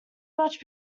much